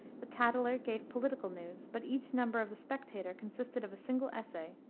the tatler gave political news, but each number of the spectator consisted of a single essay.